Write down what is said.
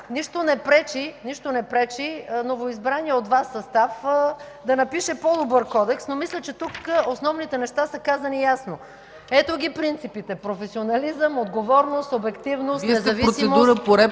Нищо не пречи новоизбраният от Вас състав да напише по-добър Кодекс, но мисля, че тук основните неща са казани ясно. Ето ги принципите: професионализъм, отговорност, обективност, независимост,